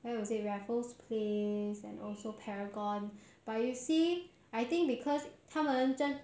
how you say raffles place and also paragon but you see I think because 他们真